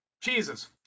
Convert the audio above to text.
Jesus